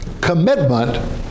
commitment